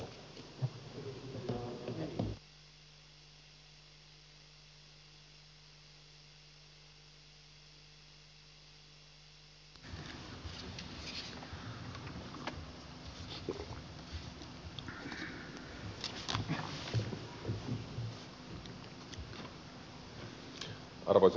arvoisa herra puhemies